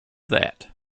that